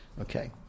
Okay